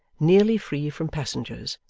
nearly free from passengers,